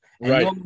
right